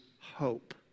hope